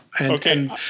Okay